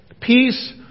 peace